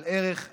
על ערך החוק,